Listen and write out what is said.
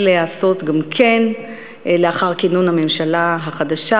להיעשות גם כן לאחר כינון הממשלה החדשה,